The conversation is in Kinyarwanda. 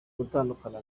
gutandukana